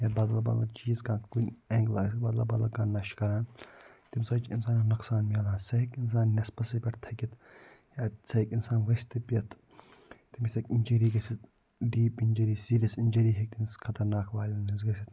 یا بَدَل بَد ل چیٖز کانٛہہ کُنہِ اینٛگلہٕ آسہِ بَدَل بَدَل کانٛہہ نَشہِ کَران تمہ سۭتۍ چھُ اِنسانَس نۄقصان مِلان سُہ ہیٚکہِ اِنسان نصفَسے پیٚٹھ تھٔکِتھ یا سُہ ہیٚکہِ اِنسان ؤستھِ پیٚتھ تیٚمِس ہیٚکہِ اِنجری گٔژھِتھ ڈیٖپ اِنجری سیٖریَس اِنجری ہیٚکہِ تٔمِس خَطرناک والیٚن ہٕنٛز گٔژھِتھ